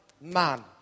man